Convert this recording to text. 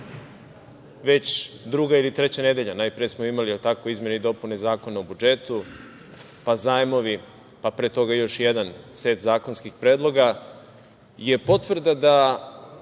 već druga ili treća nedelja, jel tako, najpre smo imali izmene i dopune Zakona o budžetu, pa zajmovi, pa pre toga još jedan set zakonskih predloga, je potvrda da